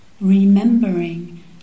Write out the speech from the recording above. remembering